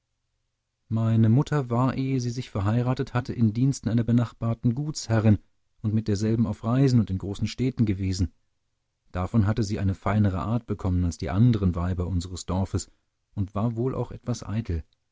meine mutter war ehe sie sich verheiratet hatte in diensten einer benachbarten gutsherrin und mit derselben auf reisen und in großen städten gewesen davon hatte sie eine feinere art bekommen als die anderen weiber unseres dorfes und war wohl auch etwas eitel